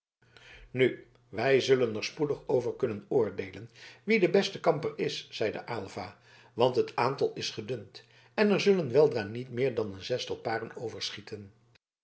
nu wij zullen er spoedig over kunnen oordeelen wie de beste kamper is zeide aylva want het aantal is gedund en er zullen weldra niet meer dan een zestal paren overschieten